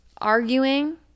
arguing